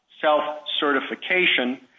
self-certification